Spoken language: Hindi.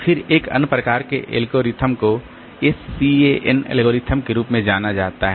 फिर एक अन्य प्रकार के एल्गोरिथ्म को SCAN एल्गोरिथम के रूप में जाना जाता है